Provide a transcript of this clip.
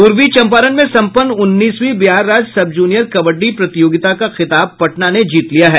पूर्वी चम्पारण में सम्पन्न उन्नीसवीं बिहार राज्य सबजूनियर कबड्डी प्रतियोगिता का खिताब पटना ने जीत लिया है